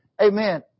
Amen